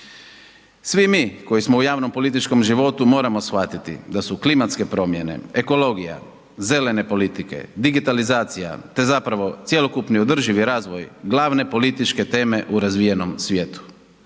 Svi mi koji smo u javnom političkom životu, moramo shvatiti da su klimatske promjene, ekologija, zelene politike, digitalizacija te zapravo cjelokupni održivi razvoj glavne političke teme u razvijenom svijetu